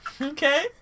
Okay